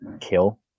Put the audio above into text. kill